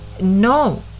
no